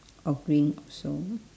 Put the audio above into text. oh green also